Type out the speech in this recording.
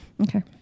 Okay